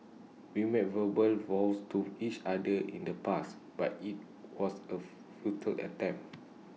we made verbal vows to each other in the past but IT was A futile attempt